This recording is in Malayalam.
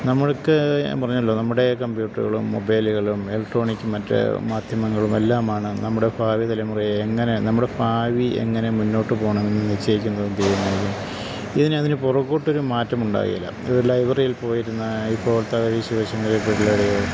നമ്മൾക്ക് ഞാന് പറഞ്ഞല്ലോ നമ്മുടെ കമ്പ്യൂട്ടറുകളും മൊബൈലുകളും ഇലക്ട്രോണിക് മറ്റ് മാധ്യമങ്ങളും എല്ലാമാണ് നമ്മുടെ ഭാവി തലമുറയെ എങ്ങനെ നമ്മുടെ ഭാവി എങ്ങനെ മുന്നോട്ടുപോകണമെന്നു നിശ്ചയിക്കുന്നതും തീരുമാനിക്കും ഇനിയതിനു പുറകോട്ടൊരു മാറ്റം ഉണ്ടാവുകേല ഇത് ലൈബ്രറിയിൽ പോയിരുന്ന ഇപ്പോഴത്തെ പിള്ളേര്